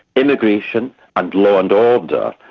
immigration and law and order,